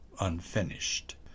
unfinished